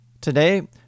Today